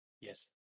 yes